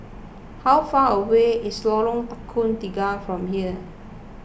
how far away is Lorong Tukang Tiga from here